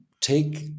take